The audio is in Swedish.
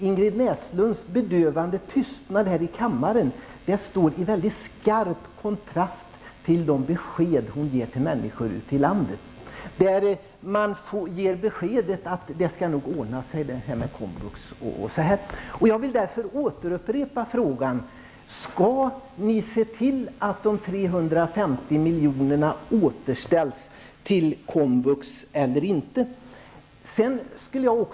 Ingrid Näslunds bedövande tystnad här i kammaren står i skarp kontrast mot de besked hon ger till människor ute i landet, nämligen att det här med komvux nog skall ordna sig. Jag vill därför upprepa frågan: Skall ni se till att de 350 milj.kr. återställs till komvux eller inte?